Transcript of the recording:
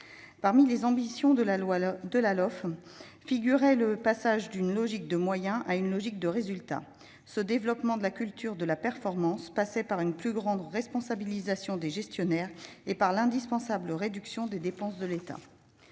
Parmi les ambitions de la LOLF figurait le passage d'une logique de moyens à une logique de résultat. Ce développement d'une culture de la performance passait par une plus grande responsabilisation des gestionnaires et par une indispensable réduction des dépenses de l'État.